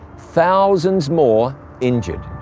thousands more injured.